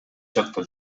жакта